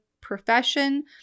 profession